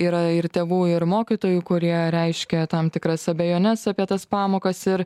yra ir tėvų ir mokytojų kurie reiškia tam tikras abejones apie tas pamokas ir